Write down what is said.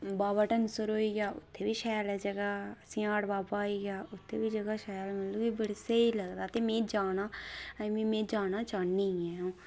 बावा धनसर होइया उत्थै बी शैल जगह सियाढ़ बाबा होइया उत्थै बी जगह शैल मतलब कि ते मिगी बड़ा स्हेई लगदा ते में उत्थै जाना ते में जाना चाह्न्नीं आं